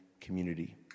community